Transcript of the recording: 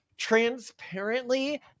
transparently